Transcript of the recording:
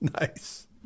Nice